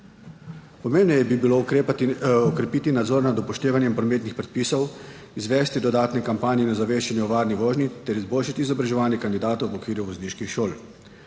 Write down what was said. Pomembneje bi bilo okrepiti nadzor nad upoštevanjem prometnih predpisov, izvesti dodatne kampanje in ozaveščanje o varni vožnji ter izboljšati izobraževanje kandidatov v okviru vozniških šol.